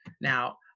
Now